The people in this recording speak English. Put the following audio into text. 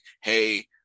Hey